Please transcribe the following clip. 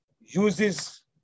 uses